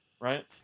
right